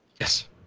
Yes